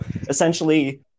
essentially